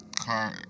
Car